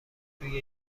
توی